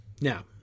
Now